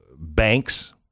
banks